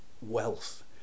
wealth